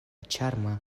ĉarma